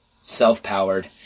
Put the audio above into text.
self-powered